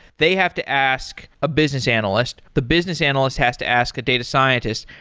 they have to ask a business analyst. the business analyst has to ask a data scientist.